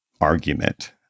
argument